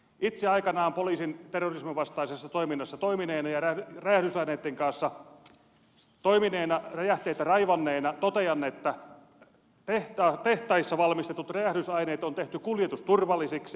itse aikanaan poliisin terrorisminvastaisessa toiminnassa toimineena ja räjähdysaineitten kanssa toimineena räjähteitä raivanneena totean että tehtaissa valmistetut räjähdysaineet on tehty kuljetusturvallisiksi